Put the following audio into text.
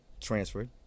transferred